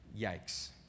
Yikes